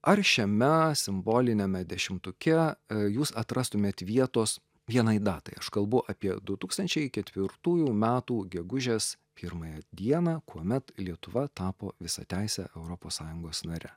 ar šiame simboliniame dešimtuke jūs atrastumėt vietos vienai datai aš kalbu apie du tūkstančiai ketvirtųjų metų gegužės pirmąją dieną kuomet lietuva tapo visateise europos sąjungos nare